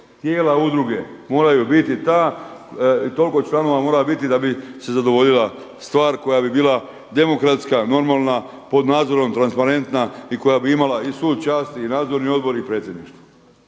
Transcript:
tijela udruge moraju biti. Toliko članova mora biti da bi se zadovoljila stvar koja bi bila demokratska, normalna, pod nadzorom transparentna i koja bi imala i sud časti i nadzorni odbor i predsjedništvo.